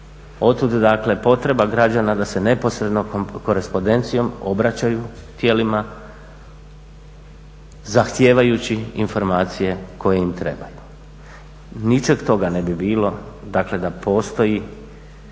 pritisak, otud dakle potreba građana da se neposredno korespondencijom obraćaju tijelima zahtijevajući informacije koje im trebaju. Ničeg toga ne bi bilo dakle da postoji